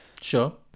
Sure